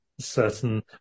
certain